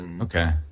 Okay